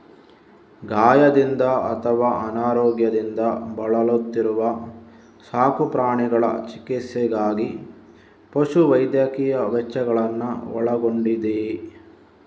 ಗಾಯದಿಂದ ಅಥವಾ ಅನಾರೋಗ್ಯದಿಂದ ಬಳಲುತ್ತಿರುವ ಸಾಕು ಪ್ರಾಣಿಗಳ ಚಿಕಿತ್ಸೆಗಾಗಿ ಪಶು ವೈದ್ಯಕೀಯ ವೆಚ್ಚಗಳನ್ನ ಒಳಗೊಂಡಿದೆಯಿದು